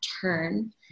turn